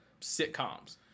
sitcoms